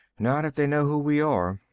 not if they know who we are.